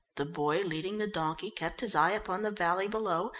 the boy leading the donkey kept his eye upon the valley below,